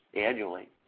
annually